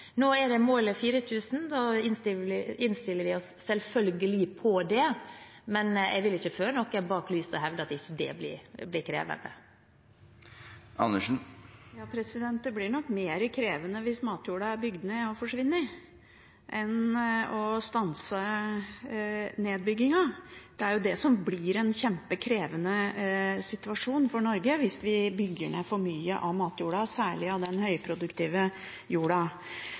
Nå er det målet 4 000 dekar, og da innstiller vi oss selvfølgelig på det, men jeg vil ikke føre noen bak lyset og hevde at ikke det blir krevende. Det blir nok mer krevende hvis matjorda er bygd ned og forsvinner, enn det blir å stanse nedbyggingen. Det er jo det som blir en kjempekrevende situasjon for Norge, hvis vi bygger ned for mye av matjorda, særlig av den høyproduktive jorda.